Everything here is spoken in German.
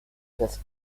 das